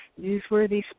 newsworthy